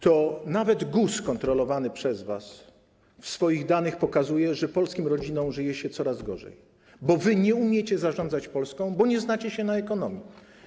To nawet kontrolowany przez was GUS w swoich danych pokazuje, że polskim rodzinom żyje się coraz gorzej, bo nie umiecie zarządzać Polską, bo nie znacie się na ekonomii.